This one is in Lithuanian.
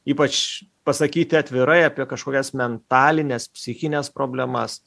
ypač pasakyti atvirai apie kažkokias mentalines psichines problemas